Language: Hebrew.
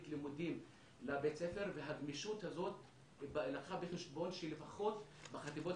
לימודית לבית הספר והגמישות הזאת לקחה בחשבון שלפחות בחטיבות